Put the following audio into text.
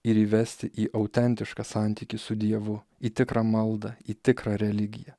ir įvesti į autentišką santykį su dievu į tikrą maldą į tikrą religiją